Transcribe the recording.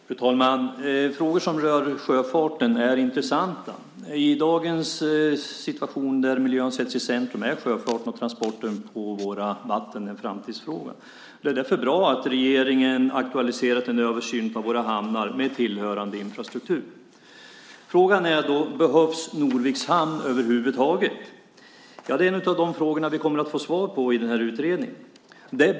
Fru talman! Frågor som rör sjöfarten är intressanta. I dagens situation där miljön sätts i centrum är sjöfarten och transporter på våra vatten en framtidsfråga. Det är därför bra att regeringen har aktualiserat en översyn av våra hamnar med tillhörande infrastruktur. Frågan är då om Norviks hamn över huvud taget behövs. Det är en av de frågor vi kommer att få svar på i utredningen.